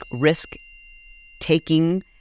risk-taking